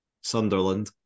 Sunderland